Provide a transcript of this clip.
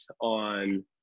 on